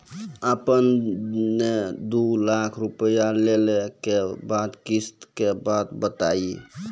आपन ने दू लाख रुपिया लेने के बाद किस्त के बात बतायी?